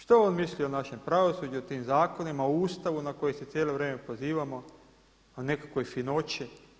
Što on misli o našem pravosuđu, o tim zakonima, o Ustavu na koji se cijelo vrijeme pozivamo, o nekakvoj finoći.